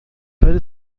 para